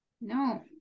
No